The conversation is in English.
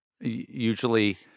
usually